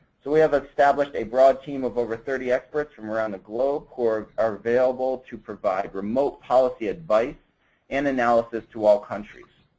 we have established a broad team of over thirty experts from around the globe who are are available to provide remote policy advice and analysis to all countries.